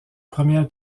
première